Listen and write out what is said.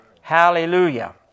Hallelujah